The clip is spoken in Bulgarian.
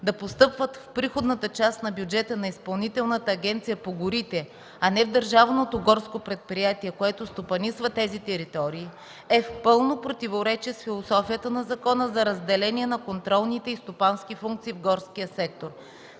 да постъпват в приходната част на бюджета на Изпълнителната агенция по горите, а не в държавното горско предприятие, което стопанисва тези територии, е в пълно противоречие с философията на закона за разделение на контролните и стопански функции в горския сектор.